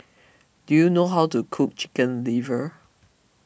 do you know how to cook Chicken Liver